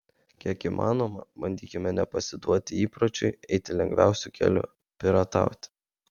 kiek įmanoma bandykime nepasiduoti įpročiui eiti lengviausiu keliu piratauti